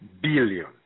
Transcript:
billion